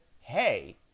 hey